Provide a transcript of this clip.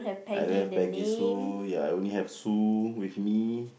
I don't have Pegisu ya I only have Su with me